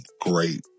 great